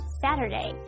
saturday